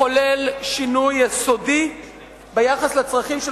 לחולל שינוי יסודי ביחס לצרכים של